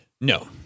No